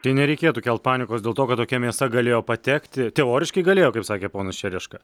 tai nereikėtų kelt panikos dėl to kad tokia mėsa galėjo patekti teoriškai galėjo kaip sakė ponas čereška